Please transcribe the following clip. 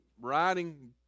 riding